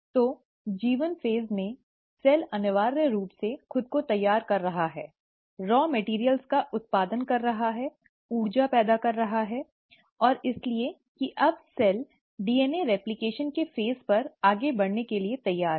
तो G1 phase में cell अनिवार्य रूप से खुद को तैयार कर रहा है रॉ मैटिअर्इअल का उत्पादन कर रहा है ऊर्जा पैदा कर रहा है और इसलिए कि अब सेल डीएनए रेप्लकेशन के फ़ेज पर आगे बढ़ने के लिए तैयार है